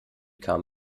kam